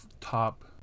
top